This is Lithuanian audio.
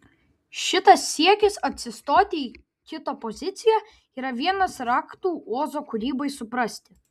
šitas siekis atsistoti į kito poziciją yra vienas raktų ozo kūrybai suprasti